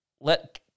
let